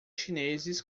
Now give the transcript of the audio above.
chineses